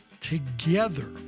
together